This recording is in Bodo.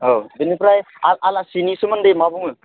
औ बेनिफ्राय आलासिनि सोमोन्दै मा बुङो